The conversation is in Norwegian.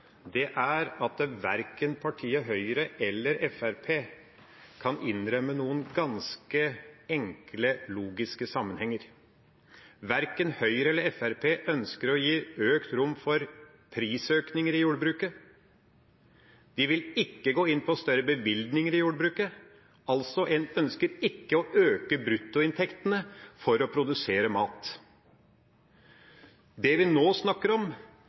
er at verken partiet Høyre eller Fremskrittspartiet kan innrømme noen ganske enkle logiske sammenhenger. Verken Høyre eller Fremskrittspartiet ønsker å gi økt rom for prisøkninger i jordbruket. De vil ikke gå inn for større bevilgninger i jordbruket. En ønsker altså ikke å øke bruttoinntektene for det å produsere mat. Det vi nå snakker om,